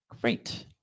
Great